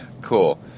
Cool